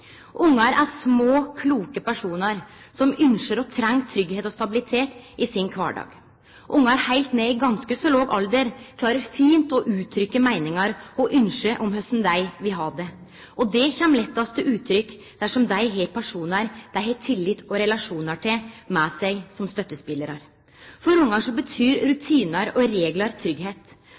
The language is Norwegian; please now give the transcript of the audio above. er små, kloke personar som ynskjer og treng tryggleik og stabilitet i sin kvardag. Barn heilt ned i ganske låg alder klarer fint å uttrykkje meiningar og ynske om korleis dei vil ha det, og det kjem lettast til uttrykk dersom dei har personar dei har tillit og relasjonar til med seg som støttespelarar. For barn betyr rutinar og reglar